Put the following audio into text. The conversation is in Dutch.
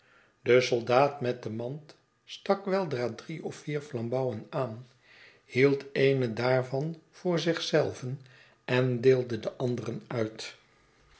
de soldaat met de mand stak weldra drie of vier flambouwen aan hield eene daarvan voor zich zelven en deelde de anderen nit